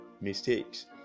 mistakes